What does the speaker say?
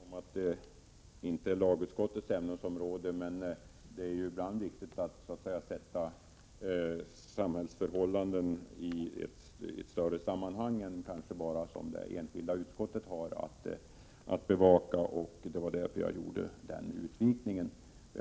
Herr talman! Jag är väl medveten om att kärnkraftens vara eller icke vara inte är lagutskottets ämnesområde, men det är ibland viktigt att sätta samhällsförhållanden i ett större sammanhang än de som det enskilda utskottet har att bevaka. Det var därför jag gjorde denna utvikning.